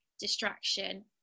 distraction